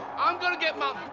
i'm going to get mom!